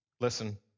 Listen